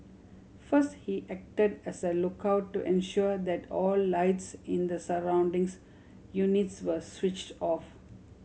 first he acted as a lookout to ensure that all lights in the surroundings units were switched off